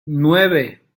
nueve